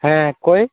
ᱦᱮᱸ ᱚᱠᱚᱭ